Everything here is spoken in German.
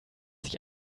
sich